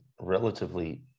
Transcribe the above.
relatively